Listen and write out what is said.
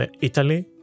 Italy